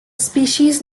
species